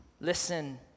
Listen